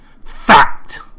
Fact